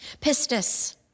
Pistis